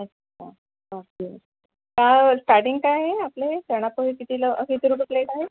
अच्छा okay starting काय आहे आपलं हे चणा पोहे कितीला किती रुपये प्लेट आहे